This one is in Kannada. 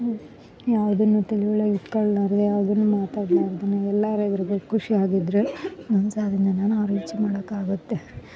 ಯಾವುದನ್ನು ತಲೆ ಒಳಗೆ ಇಟ್ಕೊಳ್ಲಾರದೆ ಯಾವುದನ್ನು ಮಾತಾಡ್ಲಾರ್ದೆನೆ ಎಲ್ಲರ ಎದುರಿಗು ಖುಷಿಯಾಗಿದ್ರೆ ನಮ್ಮ ಸಾಧ್ನೆನ ನಾವು ರೀಚ್ ಮಾಡಕ್ಕಾಗತ್ತೆ